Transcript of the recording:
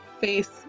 face